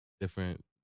different